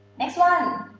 next one,